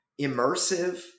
immersive